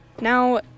now